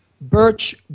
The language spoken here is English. Birch